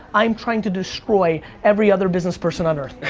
i am trying to destroy every other business person on earth.